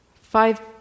five